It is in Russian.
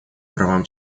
правам